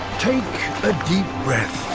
take a deep breath